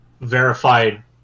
verified